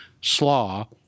slaw